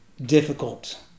difficult